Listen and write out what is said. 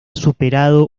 superado